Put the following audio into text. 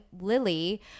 Lily